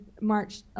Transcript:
March